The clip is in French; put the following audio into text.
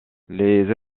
les